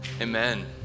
Amen